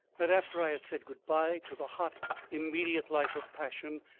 that after i had said good-bye to the hot immediate life of passion,